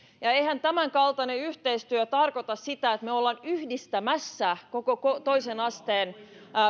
ja eihän tämänkaltainen yhteistyö tarkoita sitä että ollaan yhdistämässä koko koko toisen asteen